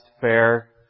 fair